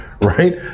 right